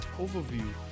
overview